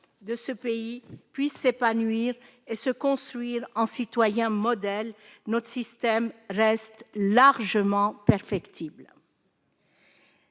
de ce pays puisse s'épanouir et se construire en citoyen modèle notre système reste largement perfectible.